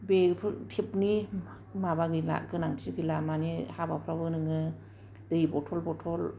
बेफोर टेपनि माबा गैला गोनांथि गैला मानि हाबाफ्रावबो नोङो दै बटल बटल